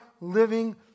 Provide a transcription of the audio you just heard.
living